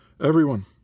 Everyone